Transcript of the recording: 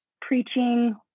preaching